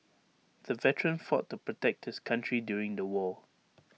the veteran fought to protect his country during the war